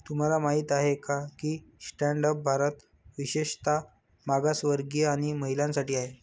तुम्हाला माहित आहे का की स्टँड अप भारत विशेषतः मागासवर्गीय आणि महिलांसाठी आहे